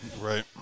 Right